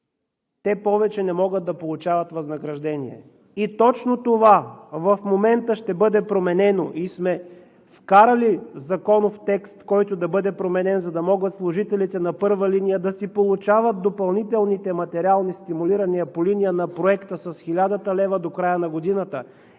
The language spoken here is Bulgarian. те повече не могат да получават възнаграждение. И точно това в момента ще бъде променено. Вкарали сме законов текст, който да бъде променен, за да могат служителите на първа линия да си получават допълнителните материални стимулирания по линия на проекта с хилядата лева до края на годината.